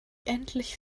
endlich